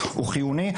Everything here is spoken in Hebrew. הוא חיוני.